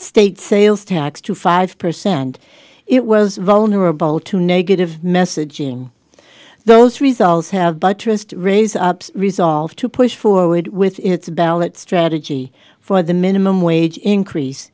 state sales tax to five percent it was vulnerable to negative messaging those results have buttressed raised resolve to push forward with its ballot strategy for the minimum wage increase